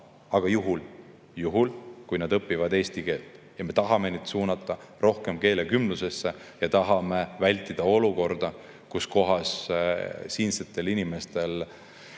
aga seda juhul, kui nad õpivad eesti keelt. Me tahame neid suunata rohkem keelekümblusesse ja tahame vältida olukorda, kus siinsete inimeste